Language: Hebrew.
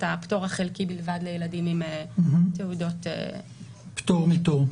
הפטור החלקי בלבד לילדים עם תעודת פטור מתור.